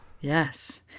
yes